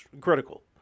critical